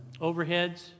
overheads